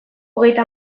hogeita